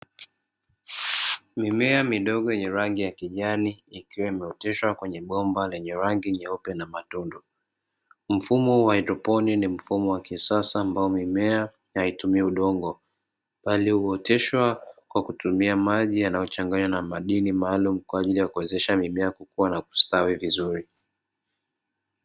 Mimea midogo yenye rangi ya kijani, ikiwa imeoteshwa kwenye bomba lenye rangi nyeupe na matundu. Mfumo wa haidroponi ni mfumo wa kisasa ambao mimea haitumii udongo, bali huoteshwa kwa kutumia maji yanayochanganywa na madini maalumu, kwa ajili ya kuwezesha mimea kukuwa na kustawi vizuri.